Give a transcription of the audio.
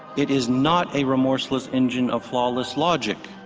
it is not a remorseless engine of flawless logic.